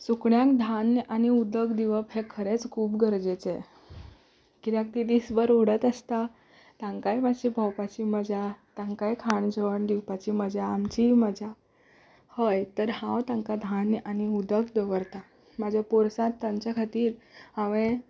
सुकण्यांक धान्य आनी उदक दिवप हें खरेंच खूब गरजेचें कित्याक तीं दीस भर उडत आसता तांकांय मातशी भोंवपाची मजा तांकांय खाण जेवण दिवपाची मजा आमचीय मजा हय तर हांव तांकां धान्य आनी उदक दवरतां म्हज्या पोरसांत तांचे खातीर हांवें